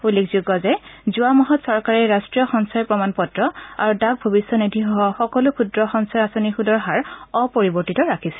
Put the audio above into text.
উল্লেখযোগ্য যোৱা মাহত চৰকাৰে ৰাট্টীয় সঞ্চয় প্ৰমাণ পত্ৰ আৰু ডাক ভৱিষ্যনিধিসহ সকলো ক্ষুদ্ৰ সঞ্চয় আঁচনিৰ সুদৰ হাৰ অপৰিৱৰ্তিত ৰাখিছিল